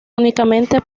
únicamente